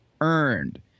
earned